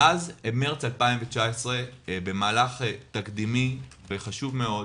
מאז מרץ 2019, במהלך תקדימי וחשוב מאוד,